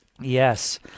Yes